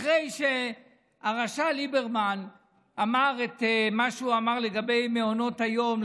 אחרי שהרשע ליברמן אמר את מה שהוא אמר לגבי מעונות היום,